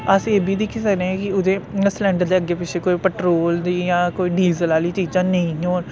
अस एह् दिक्खी सकने कि एह्दे सिलंडर दे अग्गै पिच्छे कोई पेट्रोल जां डीजल आह्ली चीजां नेईं होन